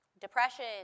depression